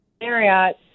Marriott